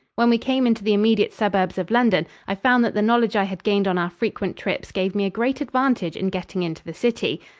when we came into the immediate suburbs of london, i found that the knowledge i had gained on our frequent trips gave me a great advantage in getting into the city.